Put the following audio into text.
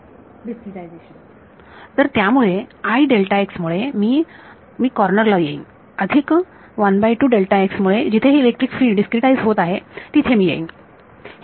विद्यार्थी डिस्क्रीटायझेशन तर त्यामुळे मुळे मी मी कॉर्नर ला येईन अधिक मुळे जिथे हे इलेक्ट्रिक फील्ड डिस्क्रीटाइझ होत आहे तिथे मी येईन